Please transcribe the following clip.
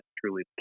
truly